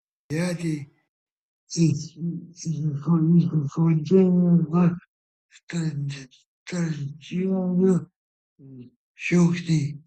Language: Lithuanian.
jadzę įskaudino storžievių šūksniai